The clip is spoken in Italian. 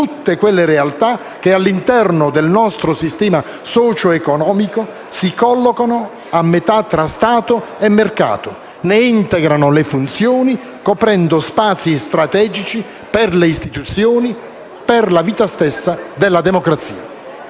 tutte quelle realtà che, all'interno del nostro sistema socio-economico, si collocano a metà tra Stato e mercato; ne integrano le funzioni, coprendo spazi strategici per le istituzioni e per la vita della stessa della democrazia.